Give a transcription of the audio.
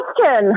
question